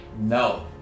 No